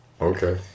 Okay